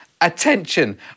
attention